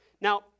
Now